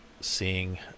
seeing